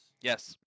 Yes